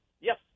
Yes